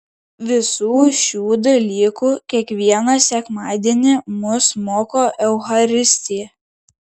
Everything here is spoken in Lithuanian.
visų šių dalykų kiekvieną sekmadienį mus moko eucharistija